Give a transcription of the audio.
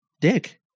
dick